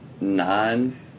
nine